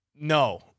No